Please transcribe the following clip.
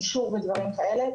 אנשור ודברים כאלה.